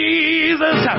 Jesus